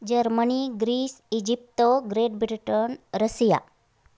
Germany Greece Egypt Great Britain Russia